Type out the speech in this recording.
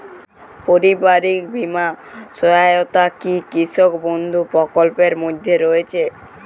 পারিবারিক বীমা সহায়তা কি কৃষক বন্ধু প্রকল্পের মধ্যে রয়েছে?